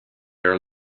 are